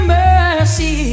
mercy